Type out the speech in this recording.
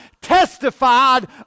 testified